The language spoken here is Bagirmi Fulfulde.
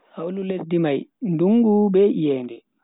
Hawlu lesdi mai dungu be iyende.